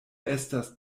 estas